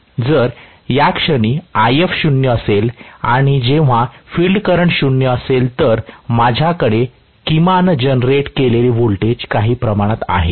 जर याक्षणी If शून्य असेल आणि जेव्हा फील्ड करंट शून्य असेल तर माझ्याकडे किमान जनरेट केलेले व्होल्टेज काही प्रमाणात आहे